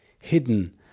Hidden